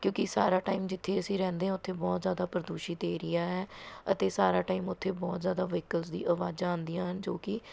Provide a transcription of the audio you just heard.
ਕਿਉਂਕਿ ਸਾਰਾ ਟਾਈਮ ਜਿੱਥੇ ਅਸੀਂ ਰਹਿੰਦੇ ਹਾਂ ਉੱਥੇ ਬਹੁਤ ਜ਼ਿਆਦਾ ਪ੍ਰਦੂਸ਼ਿਤ ਏਰੀਆ ਹੈ ਅਤੇ ਸਾਰਾ ਟਾਈਮ ਉੱਥੇ ਬਹੁਤ ਜ਼ਿਆਦਾ ਵਹੀਕਲਸ ਦੀ ਆਵਾਜ਼ਾਂ ਆਉਂਦੀਆਂ ਹਨ ਜੋ ਕਿ